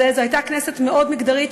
זו הייתה כנסת מאוד מגדרית,